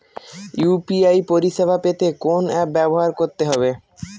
UPI পরিসেবা পেতে কোন অ্যাপ ব্যবহার করতে হবে?